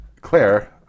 Claire